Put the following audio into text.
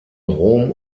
rom